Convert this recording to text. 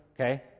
Okay